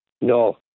No